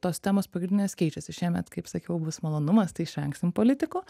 tos temos pagrindinės keičiasi šiemet kaip sakiau bus malonumas tai išvengsim politikų